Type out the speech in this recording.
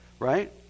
Right